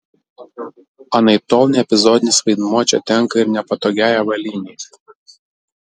anaiptol ne epizodinis vaidmuo čia tenka ir nepatogiai avalynei